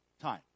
time